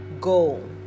goal